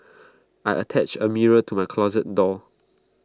I attached A mirror to my closet door